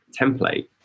template